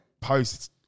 posts